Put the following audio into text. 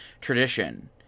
tradition